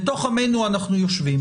בתוך עמנו אנחנו יושבים